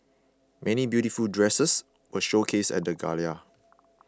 many beautiful dresses were showcased at the gala